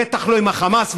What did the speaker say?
בטח לא עם החמאס,